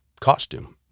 costume